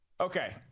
Okay